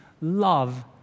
love